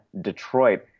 Detroit